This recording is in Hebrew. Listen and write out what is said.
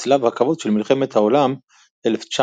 וצלב הכבוד של מלחמת העולם 1914/1918.